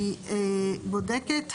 היא בודקת האם,